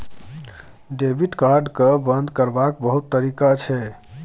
debit card केँ बंद करबाक बहुत तरीका छै